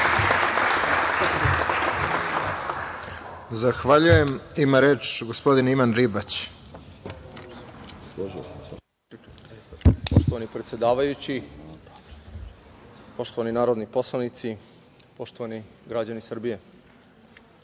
Zahvaljujem. Ima reč gospodin Ivan Ribać.